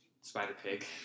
Spider-Pig